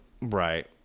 right